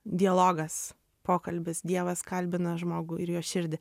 dialogas pokalbis dievas kalbina žmogų ir jo širdį